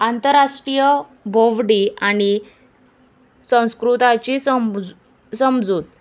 आंतरराष्ट्रीय भोंवडी आनी संस्कृताची समज समजूत